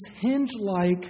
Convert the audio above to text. hinge-like